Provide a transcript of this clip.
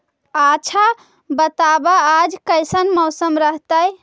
आच्छा बताब आज कैसन मौसम रहतैय?